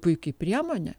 puiki priemonė